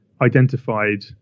identified